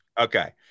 Okay